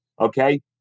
okay